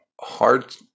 hard